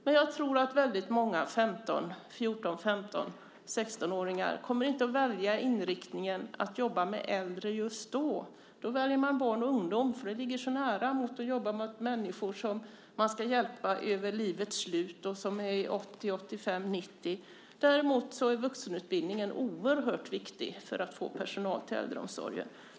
Men jag tror att väldigt många 14-, 15 och 16-åringar inte kommer att välja inriktningen att jobba med äldre just då. Då väljer man barn och ungdom eftersom det ligger så nära jämfört med att jobba med människor som man ska hjälpa i livets slutskede och som är i 80-90-årsåldern. Däremot är vuxenutbildningen oerhört viktigt för att få personal till äldreomsorgen.